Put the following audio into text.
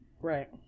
right